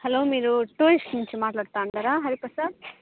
hello మీరు tourist నుంచి మాట్లాడుతున్నారా హరిప్రసాద్